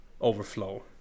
overflow